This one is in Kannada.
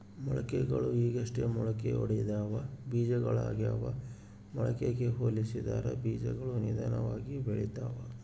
ಮೊಳಕೆಗಳು ಈಗಷ್ಟೇ ಮೊಳಕೆಯೊಡೆದ ಬೀಜಗಳಾಗ್ಯಾವ ಮೊಳಕೆಗೆ ಹೋಲಿಸಿದರ ಬೀಜಗಳು ನಿಧಾನವಾಗಿ ಬೆಳಿತವ